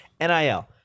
NIL